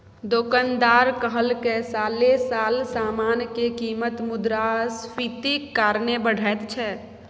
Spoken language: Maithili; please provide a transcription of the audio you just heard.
दोकानदार कहलकै साले साल समान के कीमत मुद्रास्फीतिक कारणे बढ़ैत छै